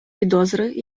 підозри